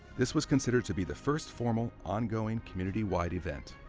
this was considered to be the first formal, on-going, community-wide event.